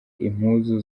impuzu